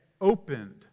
opened